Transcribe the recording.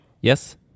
Yes